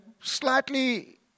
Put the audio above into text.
slightly